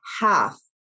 half